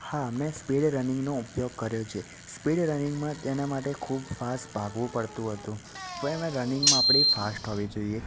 હા મેં સ્પીડ રનિંગનો ઉપયોગ કર્યો છે સ્પીડ રનિંગમાં તેના માટે ખૂબ ફાસ ભાગવું પડતું હતું રનિંગ આપણી ફાસ્ટ હોવી જોઈએ